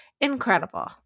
incredible